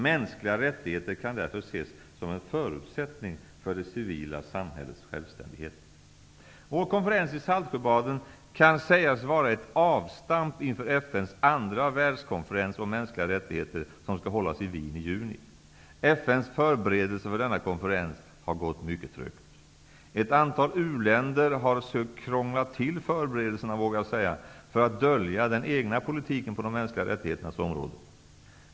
Mänskliga rättigheter kan därför ses som en förutsättning för det civila samhällets självständighet. Vår konferens i Saltsjöbaden kan sägas vara ett avstamp inför FN:s andra världskonferens om mänskliga rättigheter, som skall hållas i Wien i juni. FN:s förberedelser för denna konferens har gått mycket trögt. Ett antal u-länder har sökt krångla till förberedelserna för att dölja den egna politiken på de mänskliga rättigheternas område.